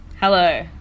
Hello